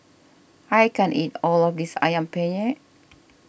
I can't eat all of this Ayam Penyet